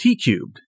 T-Cubed